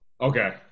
Okay